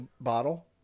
bottle